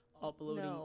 uploading